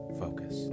focus